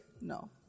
No